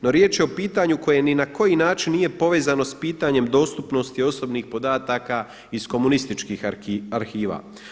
No riječ je o pitanju koje ni na koji način nije povezano sa pitanjem dostupnosti osobnih podataka iz komunističkih arhiva.